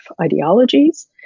ideologies